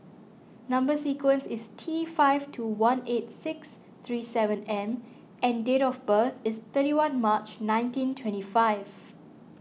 Number Sequence is T five two one eight six three seven M and date of birth is thirty one March nineteen twenty five